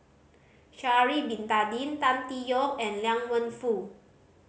Sha'ari Bin Tadin Tan Tee Yoke and Liang Wenfu